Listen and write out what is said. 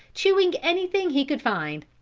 chewing anything he could find.